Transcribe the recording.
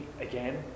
again